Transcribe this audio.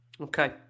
okay